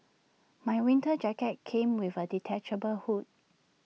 my winter jacket came with A detachable hood